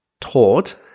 taught